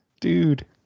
Dude